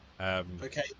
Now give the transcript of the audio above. okay